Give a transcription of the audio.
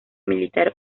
militar